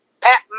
Pat